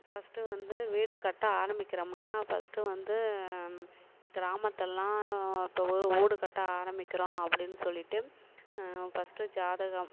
first வந்து வீடு கட்ட ஆரம்பிக்கிறோம்னா ஃபர்ஸ்ட்டு வந்து கிராமத்தில்லாம் இப்போ ஊ வீடு கட்ட ஆரம்பிக்கிறோம் அப்படின்னு சொல்லிவிட்டு ஃபர்ஸ்ட்டு ஜாதகம்